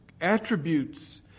attributes